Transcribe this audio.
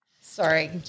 Sorry